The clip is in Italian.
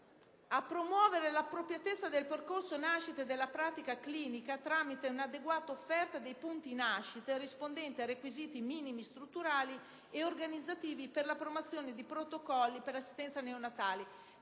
di promuovere l'appropriatezza del percorso nascita e della pratica clinica, tramite un'adeguata offerta dei punti nascita rispondenti a requisiti minimi strutturali e organizzativi per la promozione di protocolli per l'assistenza neonatale.